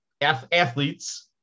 athletes